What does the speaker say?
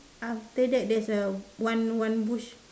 after that there is a one one bush